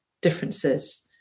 differences